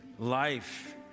Life